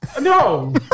No